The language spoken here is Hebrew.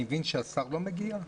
אני מבין שהשר לא מגיע?